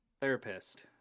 Therapist